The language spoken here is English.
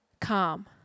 calm